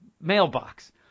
mailbox